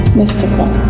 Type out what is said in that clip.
mystical